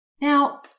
Now